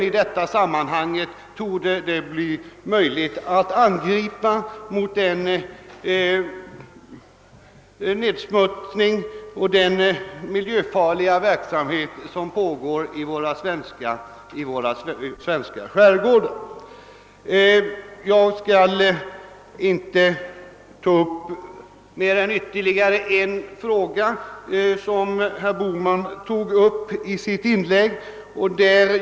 I detta sammanhang torde det även bli möjligt att angripa den nedsmutsning och den miljöfarliga verksamhet som pågår i våra svenska skärgårdar. Jag skall inte ta upp mer än ytterligare en fråga som herr Bohman berörde i sitt inlägg.